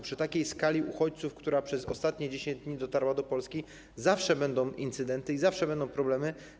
Przy takiej skali uchodźców, którzy przez ostatnie 10 dni dotarli do Polski, zawsze będą incydenty i zawsze będą problemy.